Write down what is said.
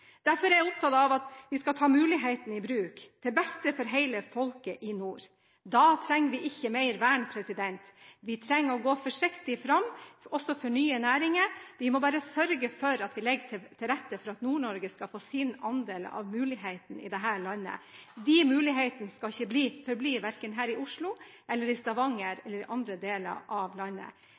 Derfor er jeg opptatt av at vi skal ta mulighetene i bruk – til beste for hele folket i nord. Da trenger vi ikke mer vern. Vi trenger å gå forsiktig fram, også for nye næringer. Vi må bare sørge for at vi legger til rette for at Nord-Norge skal få sin andel av mulighetene i dette landet. De mulighetene skal verken forbli her i Oslo eller i Stavanger eller i andre deler av landet.